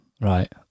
Right